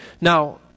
Now